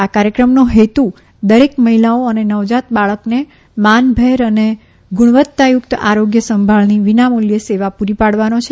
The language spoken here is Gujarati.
આ કાર્યક્રમનો હેતુ દરેક મહિલાઓ અને નવજાત બાળકને માનલેર અને ગુણવત્તાયુક્ત આરોગ્ય સંભાળની વિનામૂલ્યે સેવા પૂરી પાડવાનો છે